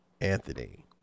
Anthony